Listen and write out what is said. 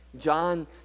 John